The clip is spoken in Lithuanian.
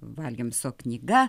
valjamso knyga